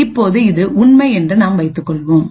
இப்போது இது உண்மை என்று நாம் வைத்துக் கொள்வோம்